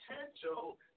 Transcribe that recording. potential